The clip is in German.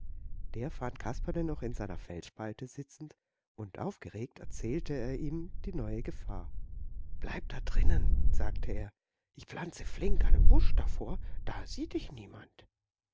der fand kasperle noch in seiner felsspalte sitzen und aufgeregt erzählte er ihm die neue gefahr bleib da drinnen sagte er ich pflanze flink einen busch davor da sieht dich niemand